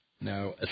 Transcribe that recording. Now